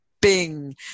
bing